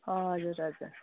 हजुर हजुर